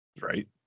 right